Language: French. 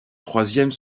troisièmes